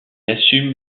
assume